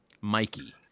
Mikey